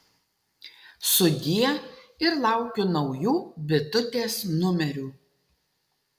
sudie ir laukiu naujų bitutės numerių